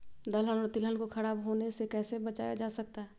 दलहन और तिलहन को खराब होने से कैसे बचाया जा सकता है?